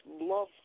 love